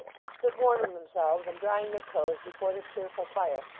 and stood warming themselves and drying their clothes before the cheerful fire,